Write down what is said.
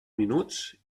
minuts